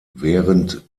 während